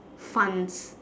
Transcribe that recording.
funs